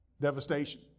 devastation